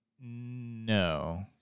No